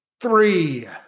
three